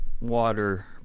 water